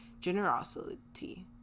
generosity